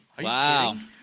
wow